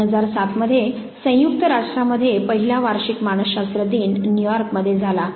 2007 मध्ये संयुक्त राष्ट्रामध्ये पहिला वार्षिक मानसशास्त्र दिन न्यूयॉर्कमध्ये झाला